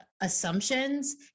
assumptions